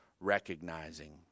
recognizing